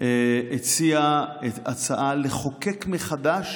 הציע הצעה לחוקק מחדש